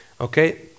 okay